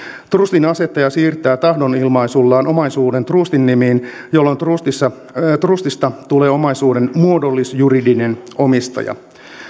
trustin asettaja siirtää tahdonilmaisullaan omaisuuden trusteen nimiin jolloin trusteesta tulee omaisuuden muodollisjuridinen omistaja